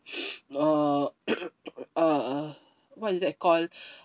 uh ah what is that call